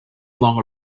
along